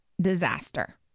disaster